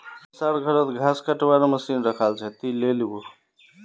हमसर घरत घास कटवार मशीन रखाल छ, ती ले लिबो